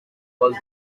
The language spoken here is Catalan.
vol